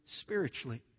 spiritually